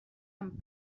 amb